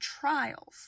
trials